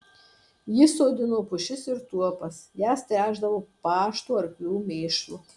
jis sodino pušis ir tuopas jas tręšdavo pašto arklių mėšlu